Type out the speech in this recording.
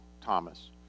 Thomas